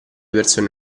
persone